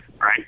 right